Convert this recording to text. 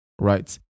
Right